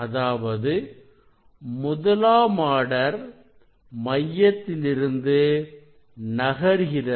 அதாவது முதலாம் ஆர்டர் மையத்திலிருந்து நகர்கிறது